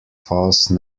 false